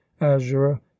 azure